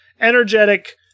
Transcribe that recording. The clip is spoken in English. energetic